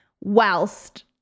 whilst